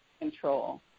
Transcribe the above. control